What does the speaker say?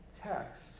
text